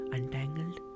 Untangled